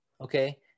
Okay